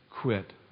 quit